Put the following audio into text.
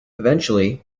eventually